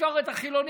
התקשורת החילונית,